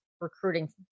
recruiting